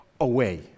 away